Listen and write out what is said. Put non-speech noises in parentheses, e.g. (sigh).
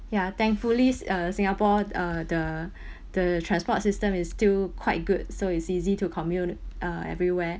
ya thankfully uh singapore uh the (breath) the transport system is still quite good so it's easy to commute uh everywhere